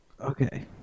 Okay